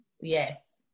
yes